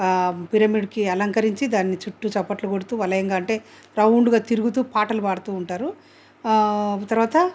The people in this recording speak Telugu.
పిరమిడ్కి అలంకరించి దాని చుట్టూ చప్పట్లు కొడుతూ వాళ్ల ఏం కావాలి అంటే రౌండ్గా తిరుగుతూ పాటలు పాడుతూ ఉంటారు ఆ తర్వాత